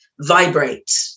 vibrate